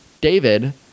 David